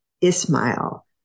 Ismail